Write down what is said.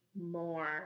more